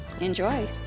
Enjoy